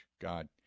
God